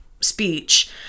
speech